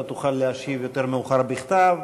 אתה תוכל להשיב יותר מאוחר בכתב.